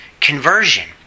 conversion